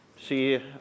See